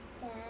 Dad